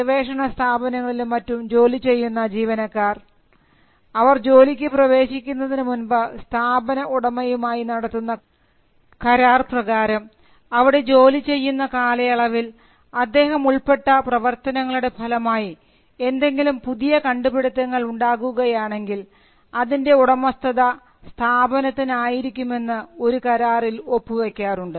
ഗവേഷണ സ്ഥാപനങ്ങളിലും മറ്റും ജോലിചെയ്യുന്ന ജീവനക്കാർ അവർ ജോലിക്ക് പ്രവേശിക്കുന്നതിനു മുൻപ് സ്ഥാപന ഉടമസ്ഥനുമായി നടത്തുന്ന കരാർപ്രകാരം അവിടെ ജോലിചെയ്യുന്ന കാലയളവിൽ അദ്ദേഹം ഉൾപ്പെട്ട പ്രവർത്തനങ്ങളുടെ ഫലമായി എന്തെങ്കിലും പുതിയ കണ്ടുപിടുത്തങ്ങൾ ഉണ്ടാകുകയാണെങ്കിൽ അതിൻറെ ഉടമസ്ഥത സ്ഥാപനത്തിന് ആയിരിക്കുമെന്ന് ഒരു കരാറിൽ ഒപ്പു വയ്ക്കാറുണ്ട്